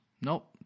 Nope